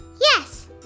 Yes